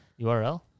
URL